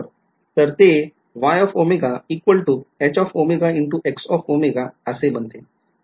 तर ते असे बनते